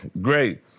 great